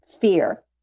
fear